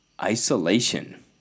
isolation